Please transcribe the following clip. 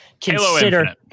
consider